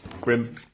Grim